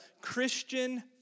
Christian